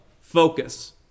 focus